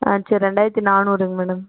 ஆ சரி ரெண்டாயிரத்தி நானூறுங்க மேடம்